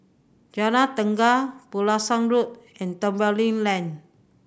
Jalan Tenaga Pulasan Road and Tembeling Lane